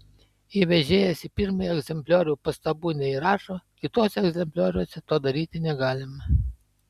jei vežėjas į pirmąjį egzempliorių pastabų neįrašo kituose egzemplioriuose to daryti negalima